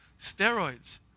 Steroids